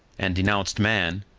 and denounced man,